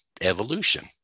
evolution